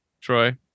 Troy